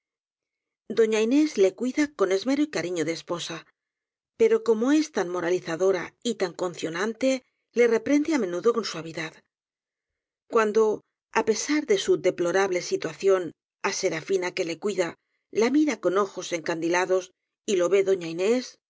doña inés le cuida con esmero y cariño de es posa pero como es tan moralizadora y tan condo nante le reprende á menudo con suavidad cuando á pesar de su deplorable situación á serafina que le cuida la mira con